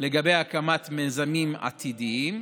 לגבי הקמת מיזמים עתידיים.